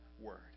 word